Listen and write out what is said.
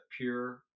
pure